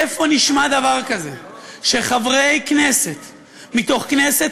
איפה נשמע דבר כזה שחברי כנסת מתוך כנסת